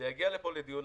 זה יגיע לפה לדיון,